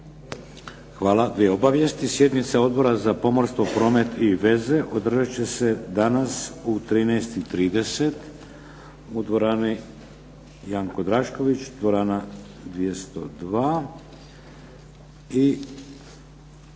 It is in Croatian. Hvala. Dvije obavijesti. Sjednica Odbora za pomorstvo, promet i veze održat će se danas u 13,30 u dvorani "Janko Drašković", dvorana 202.